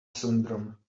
syndrome